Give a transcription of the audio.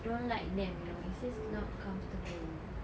don't like them you know it's just not comfortable